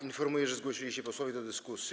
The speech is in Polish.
Informuję, że zgłosili się posłowie do dyskusji.